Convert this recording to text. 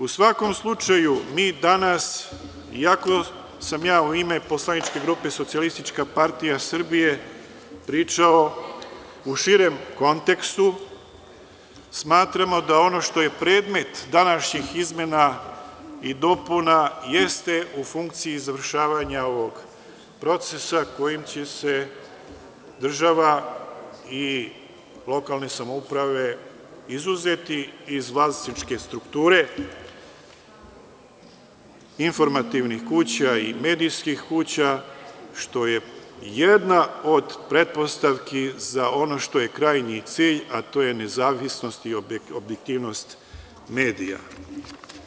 U svakom slučaju, danas, iako sam u ime poslaničke grupe SPS pričao u širem kontekstu, smatramo da ono što je predmet današnjih izmena i dopuna jeste u funkciji završavanja ovog procesa kojim će se država i lokalne samouprave izuzeti iz vlasničke strukture informativnih kuća, medijskih kuća, što je jedna od pretpostavki za ono što je krajnji cilj, a to je nezavisnost i objektivnost medija.